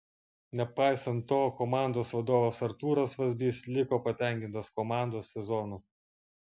nepaisant to komandos vadovas artūras vazbys liko patenkintas komandos sezonu